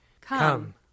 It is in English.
Come